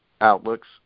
outlooks